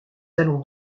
allons